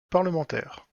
parlementaire